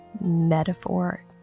metaphor